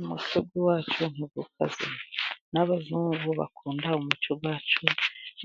umuco wacu umucokazi n'abazungu bakunda umuco wacu